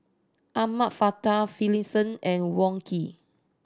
Ahmad Finlayson and Wong Keen